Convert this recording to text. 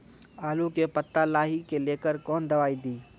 आलू के पत्ता लाही के लेकर कौन दवाई दी?